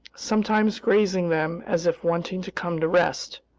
sometimes grazing them as if wanting to come to rest,